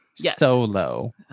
solo